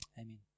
Amen